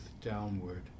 downward